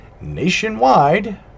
nationwide